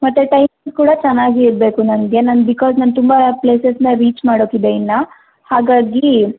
ಮತ್ತು ಕೂಡ ಚೆನ್ನಾಗಿರಬೇಕು ನನಗೆ ನಾನು ಬಿಕಾಸ್ ತುಂಬ ಪ್ಲೇಸಸನ್ನ ರೀಚ್ ಮಾಡೋಕ್ಕಿದೆ ಇನ್ನೂ ಹಾಗಾಗಿ